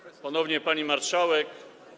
Ponownie: Pani Marszałek!